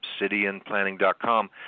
obsidianplanning.com